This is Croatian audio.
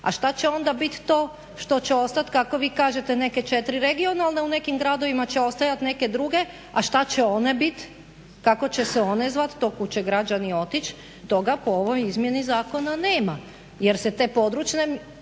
a šta će onda bit to što će ostat kako vi kažete neke 4 regionalne. U nekim gradovima će ostajat neke druge, a šta će one bit, kako će se one zvat, to kud će građani otić? Toga po ovoj izmijeni zakona nema, jer se te područne,